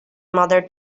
mother